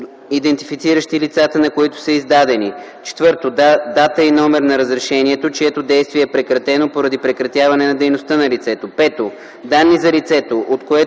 идентифициращи лицата, на които са издадени; 4. дата и номер на разрешението, чието действие е прекратено поради прекратяване дейността на лицето; 5. данни за лицето, от което